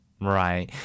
Right